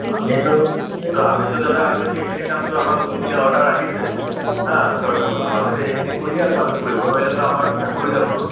আমিতো সেইটো আমিতো দাদা আমি সেইখিনি কামটো আমাৰ যোনখিনি অৰ্ডাৰ আহিছে হা চৰকাৰৰ ফালৰপৰা আমিতো সেইখিনি কৰিয়ে আছোঁ আমি কৰিব নোৱাৰিলেতো আমাৰ চাকৰি যাব ন'